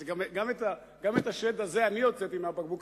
את השד הזה אני הוצאתי מהבקבוק,